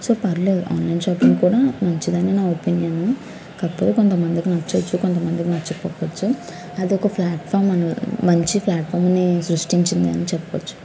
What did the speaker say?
so పర్లేదు online shopping కూడా మంచిదని నా ఒపీనియన్ కాకపోతే కొంతమందికి నచ్చవచ్చు కొంతమందికి నచ్చకపోవచ్చు అది ఒక ప్లాట్ఫామ్ మంచి ప్లాట్ఫామ్ని సృష్టించిందని చెప్పవచ్చు